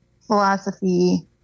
philosophy